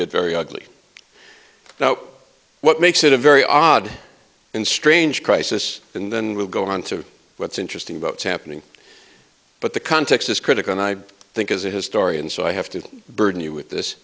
get very ugly now what makes it a very odd and strange crisis and then we'll go on to what's interesting about happening but the context is critical and i think as a historian so i have to burden you with this